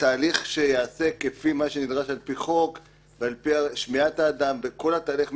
תהליך שייעשה כפי מה שנדרש על פי חוק ועל פי שמיעת האדם בכל התהליך,